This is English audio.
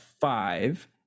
five